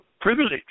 privilege